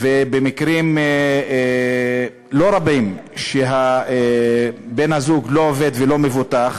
ובמקרים לא רבים שבן-הזוג לא עובד ולא מבוטח,